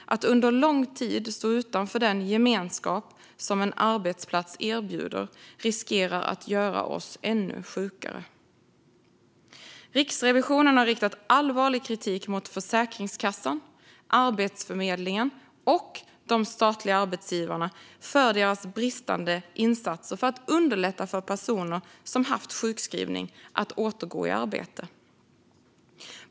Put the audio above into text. Att under lång tid stå utanför den gemenskap som en arbetsplats erbjuder riskerar att göra oss ännu sjukare. Riksrevisionen har riktat allvarlig kritik mot Försäkringskassan, Arbetsförmedlingen och de statliga arbetsgivarna för deras bristande insatser för att underlätta för personer som har varit sjukskrivna att återgå i arbete.